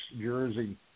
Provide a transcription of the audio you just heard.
jersey